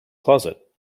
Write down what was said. closet